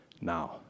now